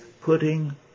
putting